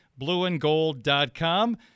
BlueandGold.com